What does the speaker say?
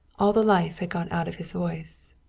all the life had gone out of his voice.